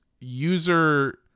user